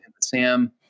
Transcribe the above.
SAM